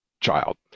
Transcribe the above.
child